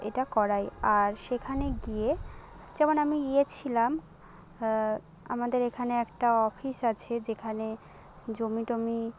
এটা করাই আর সেখানে গিয়ে যেমন আমি ইয়ে ছিলাম আমাদের এখানে একটা অফিস আছে যেখানে জমি টমি